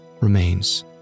remains